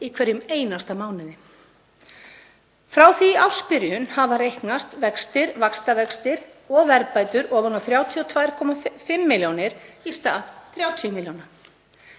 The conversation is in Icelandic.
í hverjum einasta mánuði. Frá því í ársbyrjun hafa reiknast vextir, vaxtavextir og verðbætur ofan á 32,5 milljónir í stað 30 milljóna.